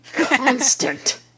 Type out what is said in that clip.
constant